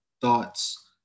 thoughts